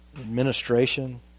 administration